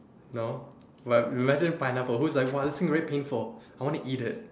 no but imagine pineapple who is like !wah! this thing very painful I want to eat it